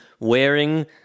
wearing